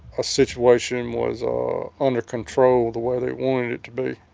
a situation was ah under control the way they wanted it to be.